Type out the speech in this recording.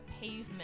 pavement